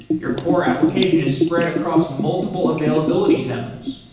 your core application is spread across multiple availability zones,